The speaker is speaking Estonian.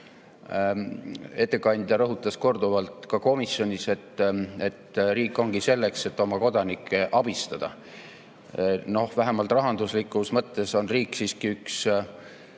Ettekandja rõhutas korduvalt ka komisjonis, et riik ongi selleks, et oma kodanikke abistada. Noh, vähemalt rahanduslikus mõttes on riik siiski